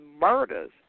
murders